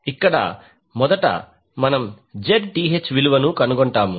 ఇక్కడ మొదట మనం ZTh విలువను కనుగొంటాము